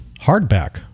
hardback